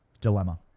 dilemma